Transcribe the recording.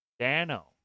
Dano